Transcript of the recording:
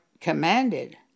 commanded